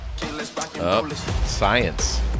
science